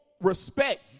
respect